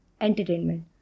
entertainment